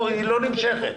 זו לא עבירה נמשכת.